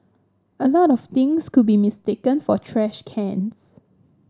a lot of things could be mistaken for trash cans